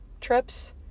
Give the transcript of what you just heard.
trips